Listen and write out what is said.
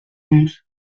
onze